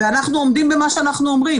ואנחנו עומדים במה שאנחנו עומדים.